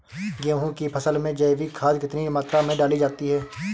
गेहूँ की फसल में जैविक खाद कितनी मात्रा में डाली जाती है?